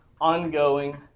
ongoing